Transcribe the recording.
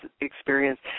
experience